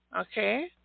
okay